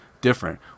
different